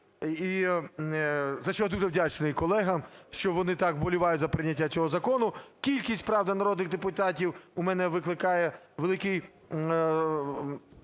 За що я дуже вдячний колегам, що вони так вболівають за прийняття цього закону. Кількість, правда, народних депутатів у мене викликає велике